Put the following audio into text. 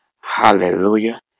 Hallelujah